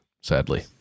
sadly